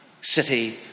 city